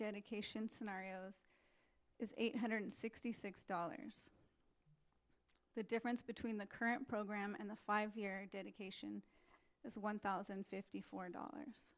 dedication scenario is eight hundred sixty six dollars the difference between the current program and the five year dedication is one thousand and fifty four dollars